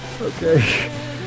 Okay